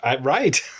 Right